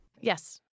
Yes